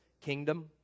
kingdom